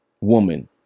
woman